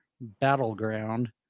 Battleground